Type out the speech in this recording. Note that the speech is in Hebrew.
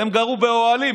הם גרו באוהלים,